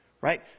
right